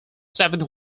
seventh